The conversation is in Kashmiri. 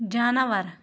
جاناوار